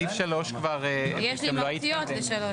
סעיף 3 כבר --- יש לי מהותיות לסעיף